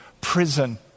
prison